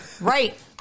Right